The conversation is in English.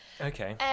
Okay